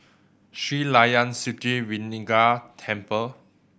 Sri Layan Sithi Vinayagar Temple